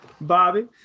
Bobby